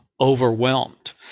overwhelmed